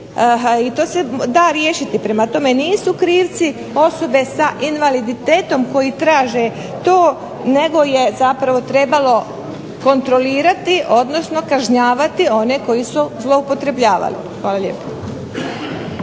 i to se da riješiti, prema tome nisu krivci osobe sa invaliditetom koji traže to, nego je zapravo trebalo kontrolirati, odnosno kažnjavati one koji su zloupotrebljavali. Hvala lijepo.